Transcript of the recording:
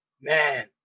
Man